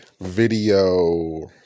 video